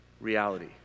reality